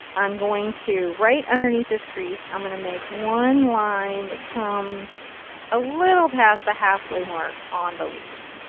i'm going to, right underneath this crease, i'm going to make one line that comes a little past the halfway mark on the leaf.